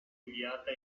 inviata